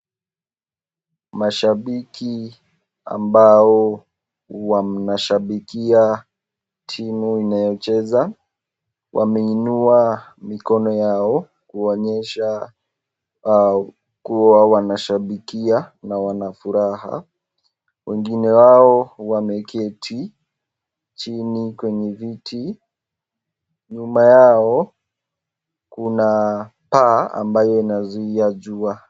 Mashabiki ambao wanashabikia timu inayocheza wameinua mikono yao kuonyesha kuwa wanashabikia na wana furaha, wengine wao wameketi chini kwenye viti nyuma yao kuna paa ambalo linazuia jua.